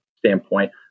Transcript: standpoint